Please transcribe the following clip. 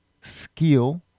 skill